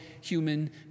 human